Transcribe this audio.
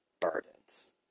burdens